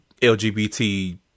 LGBT